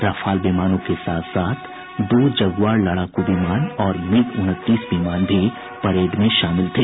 Rafale विमानों के साथ साथ दो जगुआर लड़ाकू विमान और मिग उनतीस विमान भी परेड में शामिल थे